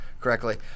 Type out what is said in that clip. correctly